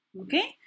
okay